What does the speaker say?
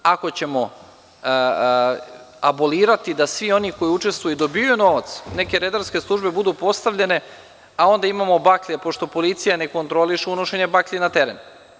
Ako ćemo abolirati da svi oni koji učestvuju dobijaju novac, neke redarske službe budu postavljene a onda imamo baklje, pošto policija ne kontroliše unošenje baklji na teren.